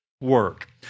work